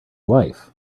wife